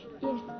Yes